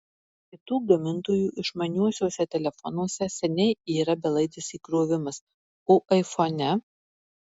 kitų gamintojų išmaniuosiuose telefonuose seniai yra belaidis įkrovimas o aifone